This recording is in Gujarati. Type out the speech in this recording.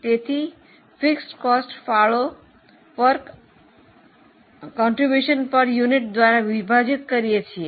તેથી સ્થિર ખર્ચને ફાળો પ્રતિ એકમ દ્વારા વિભાજિત કરીયે છીએ